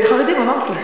נגד חרדים, אמרתי.